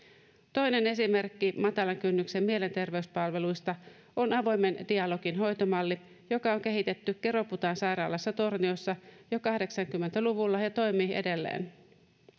toinen esimerkki matalan kynnyksen mielenterveyspalveluista on avoimen dialogin hoitomalli joka on kehitetty keroputaan sairaalassa torniossa jo kahdeksankymmentä luvulla ja toimii edelleen